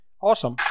Awesome